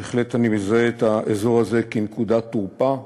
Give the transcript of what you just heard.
בהחלט, אני מזהה את האזור הזה כנקודת תורפה,